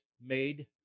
made